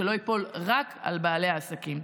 שלא ייפול רק על בעלי העסקים.